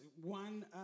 one